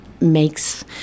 makes